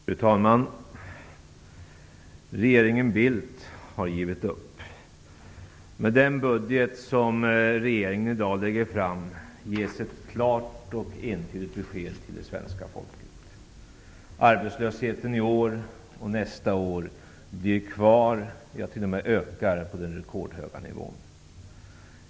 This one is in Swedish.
Fru talman! Regeringen Bildt har givit upp. Med den budgetproposition som regeringen i dag lägger fram ges ett klart och entydigt besked till det svenska folket: Arbetslösheten blir i år och nästa år kvar på den rekordhöga nivån. Den kommer t.o.m. att öka.